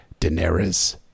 Daenerys